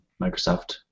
Microsoft